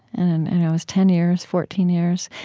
and and and it was ten years, fourteen years.